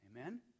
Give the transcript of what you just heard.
Amen